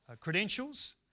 credentials